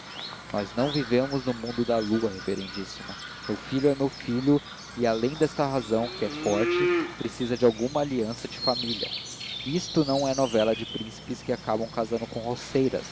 nós não vivamos no mundo da lua reverendíssimo meu filho é meu filho e além desta razão que é forte precisa de alguma aliança de família isto não é novela de príncipes que acabam casando com